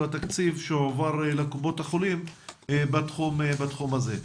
התקציב שהועבר לקופות החולים בתחום הזה.